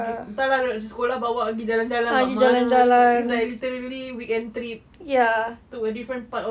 pergi entah lah sekolah bawa gi jalan-jalan kat mana it's like literally weekend trip to a different part of